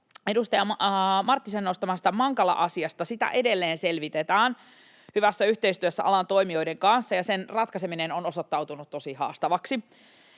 edustaja Marttisen nostamasta Mankala-asiasta: Sitä edelleen selvitetään hyvässä yhteistyössä alan toimijoiden kanssa, ja sen ratkaiseminen on osoittautunut tosi haastavaksi.